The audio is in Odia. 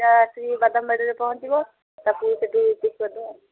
ପୂଜା ଆସିକି ବାଦାମବାଡ଼ିରେ ପହଞ୍ଚିବ ତାକୁ ସେଇଠୁ ପିକ୍ କରିଦେବା ଆଉ